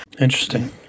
Interesting